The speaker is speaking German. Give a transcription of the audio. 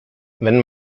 wenn